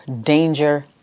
danger